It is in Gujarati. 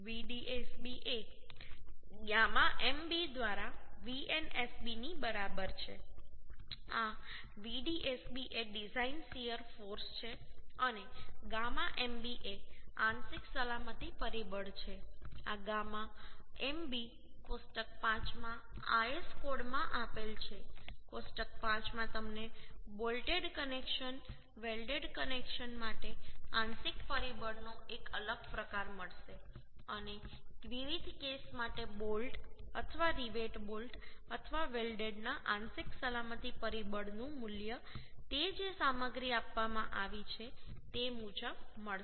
Vdsb એ γ mb દ્વારા Vnsb ની બરાબર છે આ Vdsb એ ડિઝાઇન શીયર ફોર્સ છે અને γ mb એ આંશિક સલામતી પરિબળ છે આ γ mb કોષ્ટક 5 માં IS કોડમાં આપેલ છે કોષ્ટક 5 માં તમને બોલ્ટેડ કનેક્શન વેલ્ડેડ કનેક્શન માટે આંશિક પરિબળનો એક અલગ પ્રકાર મળશે અને વિવિધ કેસ માટે બોલ્ટ અથવા રિવેટ બોલ્ટ અથવા વેલ્ડેડ ના આંશિક સલામતી પરિબળનું મૂલ્ય તે જે સામગ્રી આપવામાં આવી છે તે મુજબ મળશે